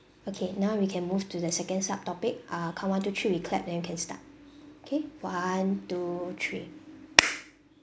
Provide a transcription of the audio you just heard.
okay now we can move to the second sub topic I'll count one two three we clap then we can start K one two three